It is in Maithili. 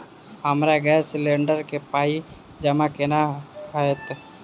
हमरा गैस सिलेंडर केँ पाई जमा केना हएत?